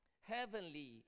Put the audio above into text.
heavenly